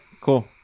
cool